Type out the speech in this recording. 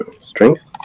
strength